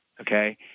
Okay